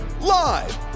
live